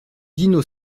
dino